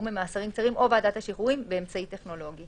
ממאסרים קצרים או ועדת השחרורים באמצעי טכנולוגי,